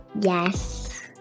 Yes